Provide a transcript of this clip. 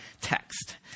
text